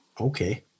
Okay